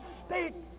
state